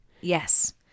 yes